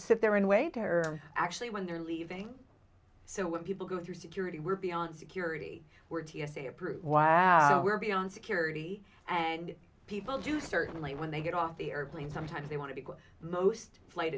sit there and wait there are actually when they're leaving so when people go through security we're beyond security we're t s a approved wow we're beyond security and people do certainly when they get off the airplane sometimes they want to go most flight